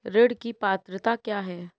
ऋण की पात्रता क्या है?